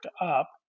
up